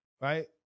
right